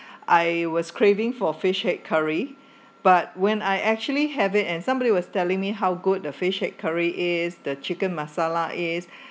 I was craving for fish head curry but when I actually have it and somebody was telling me how good the fish head curry is the chicken masala is